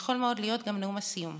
יכול מאוד להיות גם נאום הסיום,